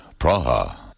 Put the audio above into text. Praha